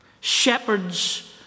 Shepherds